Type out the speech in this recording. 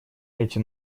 эти